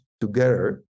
together